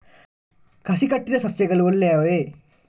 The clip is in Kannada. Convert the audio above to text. ಕಸಿ ಕಟ್ಟಿದ ಸಸ್ಯಗಳು ಒಳ್ಳೆಯವೇ?